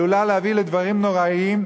עלולה להביא לדברים נוראיים,